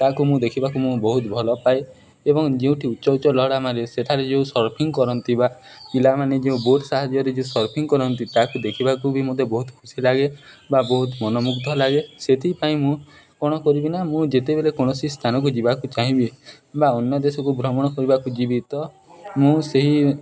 ତାକୁ ମୁଁ ଦେଖିବାକୁ ମୁଁ ବହୁତ ଭଲ ପାଏ ଏବଂ ଯେଉଁଠି ଉଚ୍ଚ ଉଚ୍ଚ ଲହରୀ ମାରେ ସେଠାରେ ଯେଉଁ ସର୍ଫିଂ କରନ୍ତି ବା ପିଲାମାନେ ଯେଉଁ ବୋଟ୍ ସାହାଯ୍ୟରେ ଯେଉଁ ସର୍ଫିଂ କରନ୍ତି ତାକୁ ଦେଖିବାକୁ ବି ମତେ ବହୁତ ଖୁସି ଲାଗେ ବା ବହୁତ ମନମୁଗ୍ଧ ଲାଗେ ସେଥିପାଇଁ ମୁଁ କ'ଣ କରିବି ନା ମୁଁ ଯେତେବେଲେ କୌଣସି ସ୍ଥାନକୁ ଯିବାକୁ ଚାହିଁବି ବା ଅନ୍ୟ ଦେଶକୁ ଭ୍ରମଣ କରିବାକୁ ଯିବି ତ ମୁଁ ସେହି